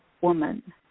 woman